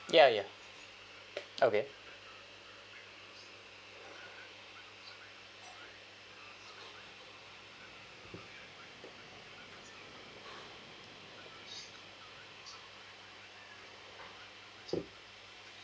ya ya okay